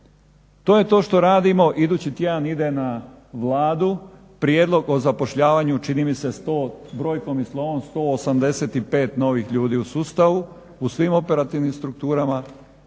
To je to što radimo, idući tjedan ide na Vladu Prijedlog o zapošljavanju, čini mi se, brojkom i slovom 185 novih ljudi u sustavu, u svim operativnim strukturama.